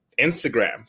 Instagram